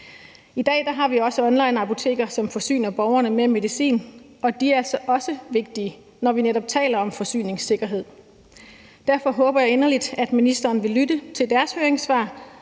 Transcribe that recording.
I dag har vi også onlineapoteker, som forsyner borgerne med medicin, og de er altså også vigtige, når vi netop taler om forsyningssikkerhed. Derfor håber jeg inderligt, at ministeren vil lytte til deres høringssvar